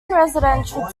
residential